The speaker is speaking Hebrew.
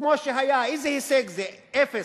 כמו שהיה, איזה הישג זה, אפס,